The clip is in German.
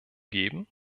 geben